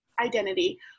identity